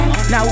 Now